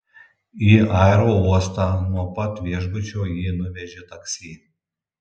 į aerouostą nuo pat viešbučio jį nuvežė taksi